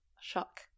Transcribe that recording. shock